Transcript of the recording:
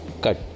cut